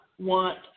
want